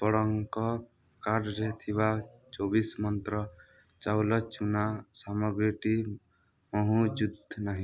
ଆପଣଙ୍କ କାର୍ଟ୍ରେ ଥିବା ଚବିଶ ମନ୍ତ୍ର ଚାଉଳ ଚୂନା ସାମଗ୍ରୀଟି ମହଜୁଦ ନାହିଁ